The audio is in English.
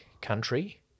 country-